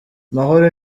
mahoro